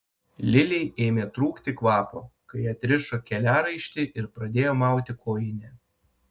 lilei ėmė trūkti kvapo kai atrišo keliaraištį ir pradėjo mauti kojinę